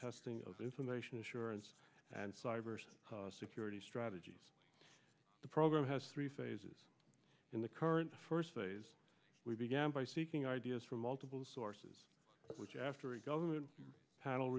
testing of information assurance and cyberspace security strategies the program has three phases in the current first phase we began by seeking ideas from multiple sources which after a government panel